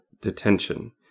Detention